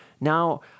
now